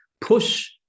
push